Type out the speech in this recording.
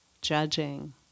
judging